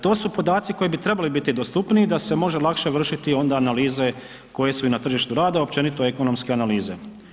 To su podaci koji bi trebali biti dostupniji da se može lakše onda vršiti onda analize koje su i na tržištu rada, općenito ekonomske analize.